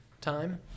time